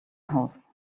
house